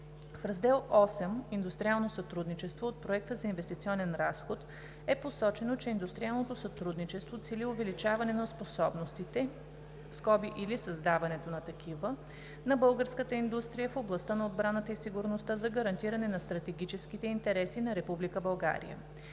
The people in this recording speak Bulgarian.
В Раздел 8 „Индустриално сътрудничество“ от Проекта за инвестиционен разход е посочено, че индустриалното сътрудничество цели увеличаване на способностите – или създаването на такива, на българската индустрия в областта на отбраната и сигурността за гарантиране на стратегическите интереси на